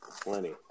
plenty